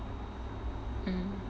mmhmm